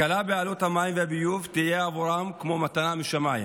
הקלה בעלות המים והביוב תהיה עבורן כמו מתנה משמיים